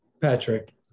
Patrick